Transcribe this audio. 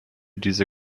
diese